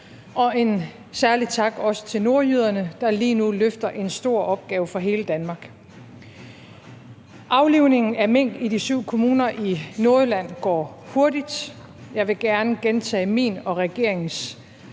også en særlig tak til nordjyderne, der lige nu løfter en stor opgave for hele Danmark. Aflivningen af mink i de syv kommuner i Nordjylland går hurtigt. Jeg vil gerne gentage min og regeringens